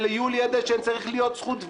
שליולי אדלשטיין צריכה להיות זכות וטו.